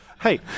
Hey